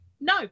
No